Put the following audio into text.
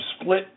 split